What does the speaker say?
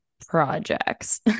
projects